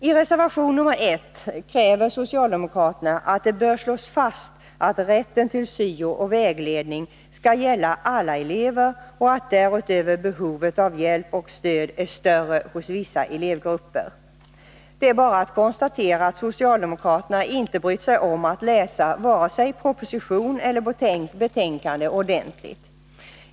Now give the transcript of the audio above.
I reservation nr 1 uttalar socialdemokraterna att det bör slås fast att rätten till syo och vägledning skall gälla alla elever och att därutöver behovet av hjälp och stöd är större hos vissa elevgrupper. Det är bara att konstatera att socialdemokraterna inte brytt sig om att läsa vare sig proposition eller betänkande ordentligt.